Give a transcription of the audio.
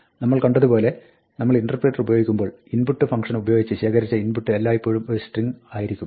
നമ്മൾ കണ്ടത് പോലെ നമ്മൾ ഇന്റർപ്രിറ്റർ ഉപയോഗിക്കുമ്പോൾ input ഫംഗ്ഷൻ ഉപയോഗിച്ച് ശേഖരിച്ച ഇൻപുട്ട് എല്ലായ്പ്പോഴും ഒരു സ്ട്രിങ്ങ് ആയിരിക്കും